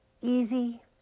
easy